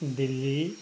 Delhi